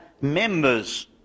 members